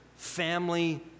family